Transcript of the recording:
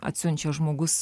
atsiunčia žmogus